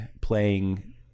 playing